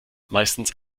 meistens